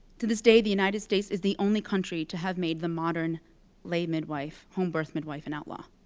to this day, the united states is the only country to have made the modern lay midwife, home birth midwife, an outlaw.